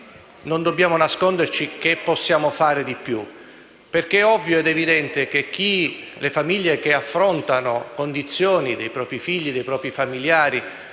non dobbiamo nasconderci che possiamo fare di più, perché è ovvio ed evidente che le famiglie che affrontano condizioni di disabilità grave dei propri figli